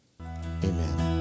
amen